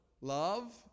Love